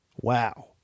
Wow